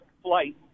flight